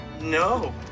No